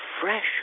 fresh